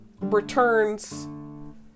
returns